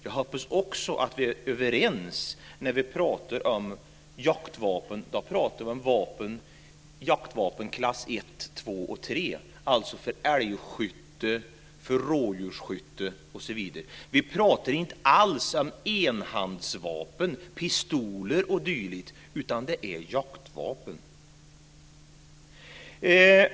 Jag hoppas också att vi är överens om att när vi talar om jaktvapen så talar vi om jaktvapen klass 1, 2 och 3, alltså för älgskytte, för rådjursskytte osv. Vi talar inte alls om enhandsvapen, pistoler o.d., utan om jaktvapen.